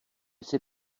jsi